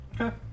Okay